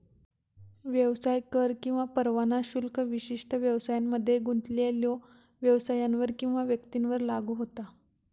व्यवसाय कर किंवा परवाना शुल्क विशिष्ट व्यवसायांमध्ये गुंतलेल्यो व्यवसायांवर किंवा व्यक्तींवर लागू होता